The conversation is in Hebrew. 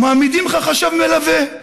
מעמידים לך חשב מלווה,